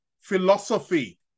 philosophy